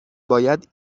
باید